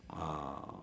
ah